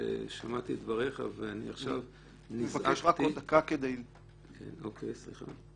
שמעתי את דבריך ונזעקתי -- אני מבקש רק עוד דקה כדי להשלים בהקשר הזה.